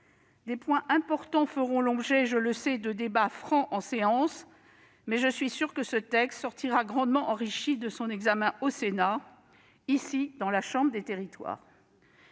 Des points importants feront l'objet, je le sais, de débats francs en séance, mais je suis sûre que ce texte de loi sortira grandement enrichi de son examen au Sénat, ici, dans cette chambre des territoires.